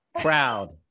Proud